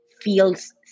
feels